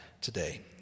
today